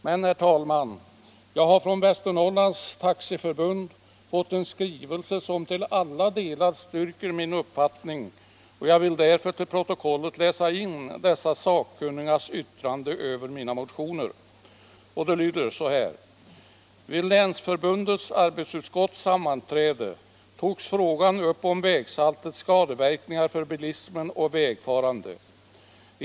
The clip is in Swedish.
Men, herr talman, jag har från Västernorrlands Taxiförbund fått en skrivelse som till alla delar styrker min uppfattning, och jag vill därför till protokollet läsa in dessa sakkunnigas yttrande över mina motioner. Det lyder: ”Vid länsförbundets arbetsutskottssammanträde togs frågan upp om vägsalternas skadeverkningar för bilismen och vägfarande.